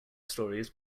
stories